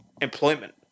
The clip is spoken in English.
employment